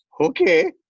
okay